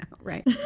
right